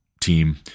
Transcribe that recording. team